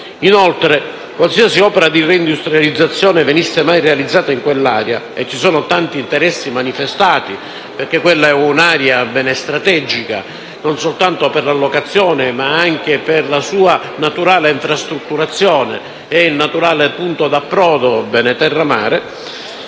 Inoltre, qualsiasi opera di reindustrializzazione venisse mai realizzata in quell'area (e ci sono tanti interessi manifestati, perché quella è un'area strategica, non solo per l'allocazione, ma anche per la sua naturale infrastrutturazione e per il naturale punto di approdo tra terra e